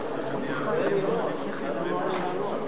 אני מודה לך על התשובה שלך.